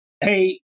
hey